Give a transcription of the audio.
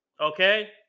okay